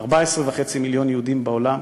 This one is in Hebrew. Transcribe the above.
14.5 מיליון יהודים בעולם,